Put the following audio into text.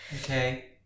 Okay